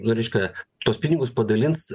nu reiškia tuos pinigus padalins